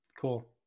Cool